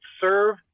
serve